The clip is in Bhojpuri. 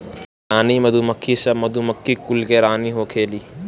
रानी मधुमक्खी सब मधुमक्खी कुल के रानी होखेली